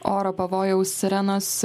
oro pavojaus sirenos